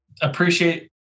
appreciate